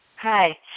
Hi